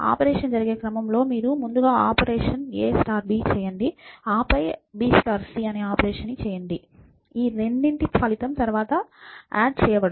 operation జరిగే క్రమంలో మీరు ముందుగా ఆపరేషన్ a b చేయండి ఆపై ఆపరేషన్ b c చేయండి ఈ రెండింటి ఫలితం తర్వాత ఆడ్ చేయబడుతుంది